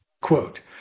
quote